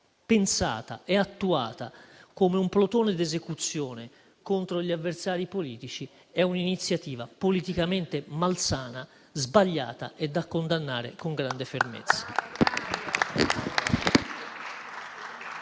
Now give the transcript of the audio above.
pensata e attuata come un plotone d'esecuzione contro gli avversari politici è un'iniziativa politicamente malsana, sbagliata e da condannare con grande fermezza.